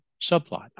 subplot